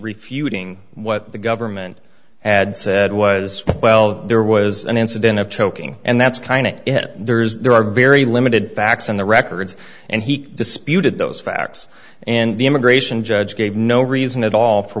refuting what the government ad said was well there was an incident of choking and that's kind of if there is there are very limited facts in the records and he disputed those facts and the immigration judge gave no reason at all for